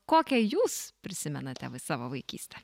kokią jūs prisimenate savo vaikystę